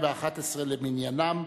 השעה היא שעה מוקדמת,